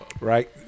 right